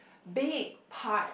big part